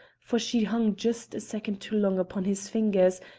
for she hung just a second too long upon his fingers,